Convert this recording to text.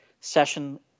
session